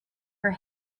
her